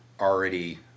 already